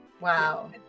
wow